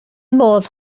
modd